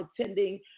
attending